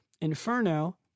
Inferno